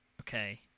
Okay